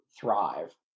thrive